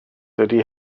dydy